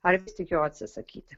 ar vis tik jo atsisakyti